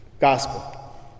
gospel